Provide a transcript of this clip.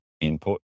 input